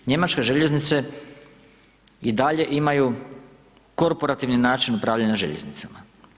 Njemačke željeznice i dalje imaju korporativni način upravljanja željeznicama.